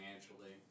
financially